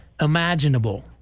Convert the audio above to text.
imaginable